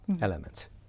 elements